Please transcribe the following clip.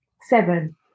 seven